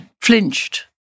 flinched